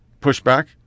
pushback